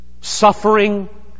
suffering